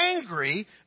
angry